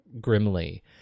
grimly